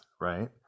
right